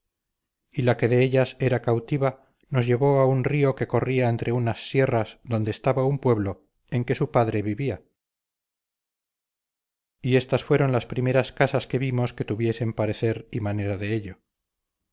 y la que de ellas era cautiva los llevó a un río que corría entre unas sierras donde estaba un pueblo en que su padre vivía y éstas fueron las primeras casas que vimos que tuviesen parecer y manera de ello